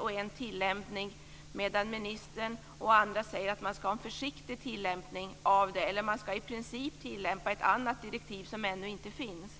och en tillämpning gäller medan ministern och andra säger att det ska vara en försiktig tillämpning. Man ska i princip tillämpa ett annat direktiv som ännu inte finns.